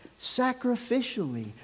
sacrificially